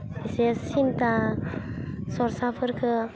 इसे सिन्था सर्साफोरखौ